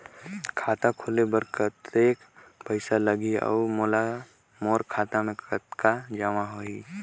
खाता खोले बर कतेक पइसा लगही? अउ मोर खाता मे कतका जमा होही?